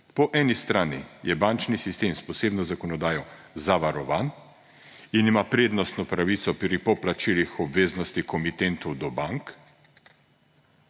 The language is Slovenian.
Po eni strani je bančni sistem s posebno zakonodajo zavarovan in ima prednostno pravico pri poplačilih obveznosti komitentov do bank,